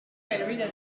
serpente